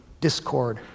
discord